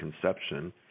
conception